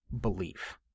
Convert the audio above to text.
belief